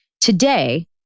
Today